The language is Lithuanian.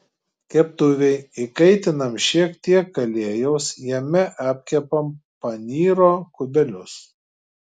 keptuvėj įkaitinam šiek tiek aliejaus jame apkepam panyro kubelius